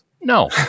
No